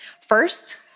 First